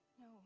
No